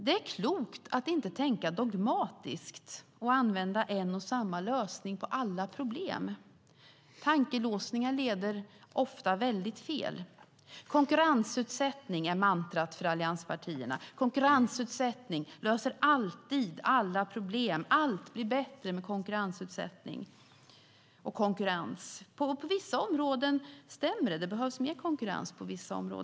Det är klokt att inte tänka dogmatiskt och använda en och samma lösning på alla problem. Tankelåsningar leder ofta väldigt fel. Konkurrensutsättning är mantrat för allianspartierna. Konkurrensutsättning löser alltid alla problem. Allt blir bättre med konkurrensutsättning och konkurrens, enligt dem. På vissa områden stämmer det. Det behövs mer konkurrens på vissa områden.